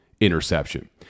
Interception